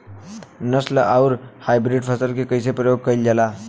नस्ल आउर हाइब्रिड फसल के कइसे प्रयोग कइल जाला?